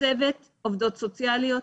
צוות עובדות סוציאליות